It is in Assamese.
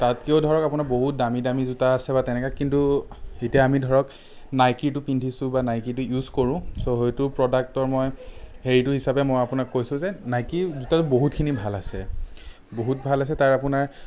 তাতকৈও ধৰক আপোনাৰ বহুত দামী দামী জোতা আছে বা তেনেকে কিন্তু এতিয়া আমি ধৰক নাইকীটো পিন্ধিছোঁ বা নাইকীটো ইউজ কৰোঁ চ' সেইটো প্ৰডাক্টৰ মই হেৰিটো হিচাপে মই আপোনাক কৈছোঁ যে নাইকীৰ জোতাযোৰ বহুতখিনি ভাল আছে বহুত ভাল আছে তাৰ আপোনাৰ